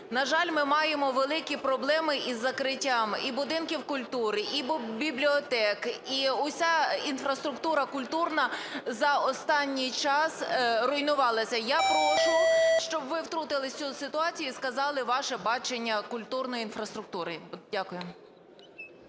На жаль, ми маємо великі проблеми із закриттям і будинків культури, і бібліотек, і уся інфраструктура культурна за останній час руйнувалася. Я прошу, щоб ви втрутилися в цю ситуацію і сказали ваше бачення культурної інфраструктури. Дякую.